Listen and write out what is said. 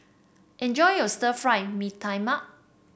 enjoy your Stir Fried Mee Tai Mak